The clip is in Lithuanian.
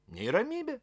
nei ramybė